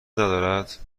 ندارد